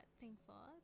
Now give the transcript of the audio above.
thankful